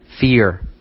...fear